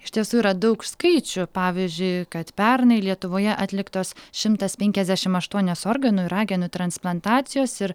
iš tiesų yra daug skaičių pavyzdžiui kad pernai lietuvoje atliktos šimtas penkiasdešimt aštuonios organų ir ragenų transplantacijos ir